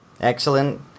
Excellent